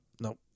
Nope